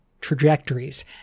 trajectories